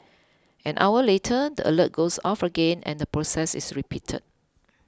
an hour later the alert goes off again and the process is repeated